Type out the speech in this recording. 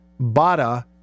Bada